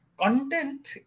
content